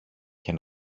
και